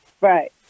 Right